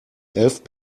helft